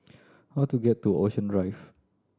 how do get to Ocean Drive